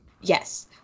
Yes